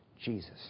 Jesus